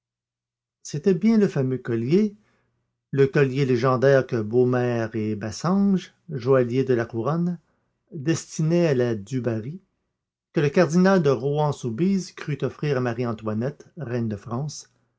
c'était bien le fameux collier le collier légendaire que bhmer et bassenge joailliers de la couronne destinaient à la du barry que le cardinal de rohan soubise crut offrir à marie-antoinette reine de france